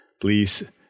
please